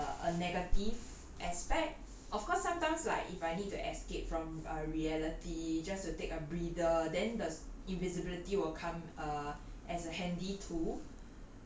err a negative aspect of course sometimes like if I need to escape from uh reality just to take a breather then the invisibility will come err as a handy tool